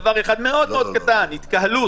מונעים דבר אחד מאוד מאוד קטן התקהלות,